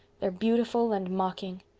they're beautiful and mocking.